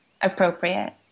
appropriate